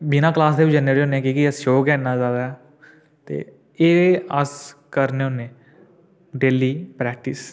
बिना क्लास दे बी जन्ने उठी होन्ने कि जे असें शौक गै इन्ना जैदा ऐ ते एह् अस करने होन्ने डेह्ली प्रैक्टिस